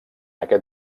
aquest